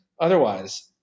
otherwise